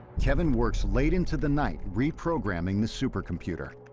kevin works late into the night reprogramming the supercomputer.